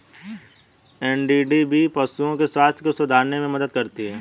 NDDB पशुओं के स्वास्थ्य को सुधारने में मदद करती है